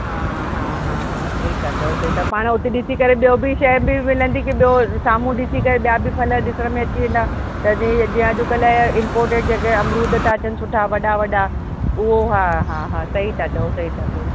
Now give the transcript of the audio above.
हा हा हा हा सही था चयो सही ता था चयो पाणि हुते ॾिसी करे ॿियो बि शइ बि मिलंदी कि ॿियो साम्हूं ॾिसी करे ॿिया बि फल ॾिसण में बि अची वेंदा त जीअं अॼुकल्ह इंपॉर्टेड जॻह अमरुद था अचनि सुठा वॾा वॾा उहो हा हा हा सही था यो सई था चयो